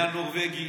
מהנורבגי,